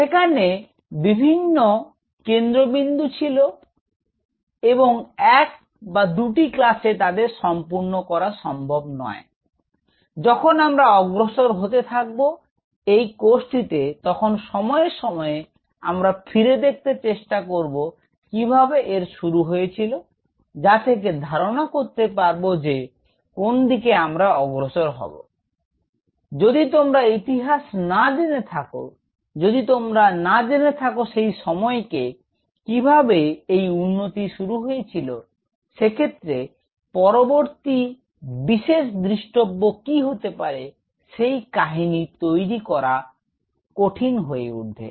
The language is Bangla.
সেখানে বিভিন্ন কেন্দ্রবিন্দু ছিল এবং ১ বা ২ টি ক্লাসে তাদের সম্পূর্ণ করা সম্ভব নয় যখন আমরা অগ্রসর হতে থাকব এই কোর্সটিতে তখন সময়ে সময়ে আমরা ফিরে দেখতে চেষ্টা করব কিভাবে এর শুরু হয়েছিল যা থেকে ধারনা করতে পারব যে কোনদিকে আমরা অগ্রসর হব যদি তোমরা ইতিহাস্ না জেনে থাক যদি তোমরা না জেনে থাক সেই সময়কে কিভাবে এই উন্নতি শুরু হয়েছিল সেক্ষেত্রে পরবর্তী বিশেষ দ্রষ্টব্য কি হতে পারে সেই কাহিনী তৈরি করা কঠিন হয়ে উঠবে